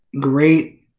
great